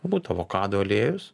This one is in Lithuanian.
būtų avokadų aliejus